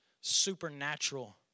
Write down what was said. supernatural